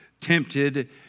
tempted